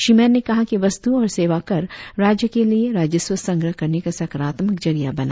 श्री मैन ने कहा कि वस्तु और सेवा कर राज्य के लिए राजस्व संग्रह करने का सकारात्मक जरिया बना